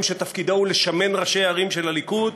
שתפקידו הוא לשמן ראשי ערים של הליכוד?